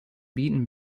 beaten